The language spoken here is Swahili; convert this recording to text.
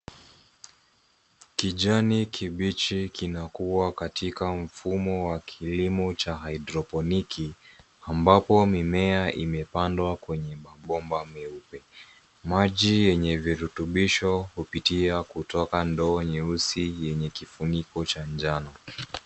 Kijani kibichi kunakua katika mfumo wa kilimo cha haidroponiki, ambapo mimea imepandwa kwenye mabomba meupe. Maji yenye virutubisho hupitia kutoka ndoo nyeusi yenye kifuniko cha njano.